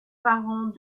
parents